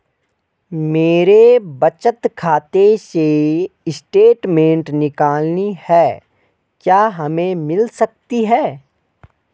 मेरे बचत खाते से स्टेटमेंट निकालनी है क्या हमें मिल सकती है?